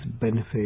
benefits